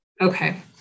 okay